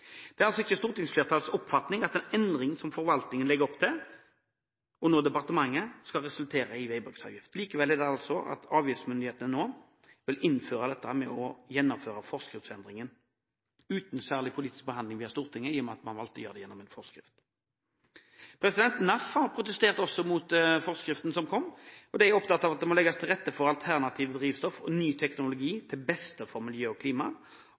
Det er altså ikke stortingsflertallets oppfatning at den endringen som forvaltningen – og departementet – legger opp til, skal resultere i veibruksavgift. Likevel er det dette avgiftsmyndighetene nå vil innføre, ved å gjennomføre forskriftsendringen uten politisk behandling i Stortinget, i og med at man velger å gjøre det gjennom en forskrift. NAF har protestert mot forskriften som kommer, og er opptatt av at det må legges til rette for alternative drivstoff og ny teknologi, til beste for miljø og klima.